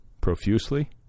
profusely